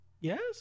Yes